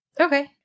Okay